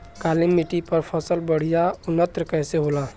काली मिट्टी पर फसल बढ़िया उन्नत कैसे होला?